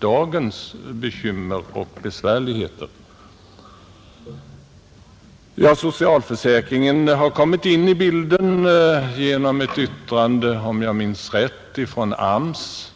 dagens bekymmer och besvärligheter. Socialförsäkringen har kommit in i bilden genom ett yttrande, om jag minns rätt, från AMS.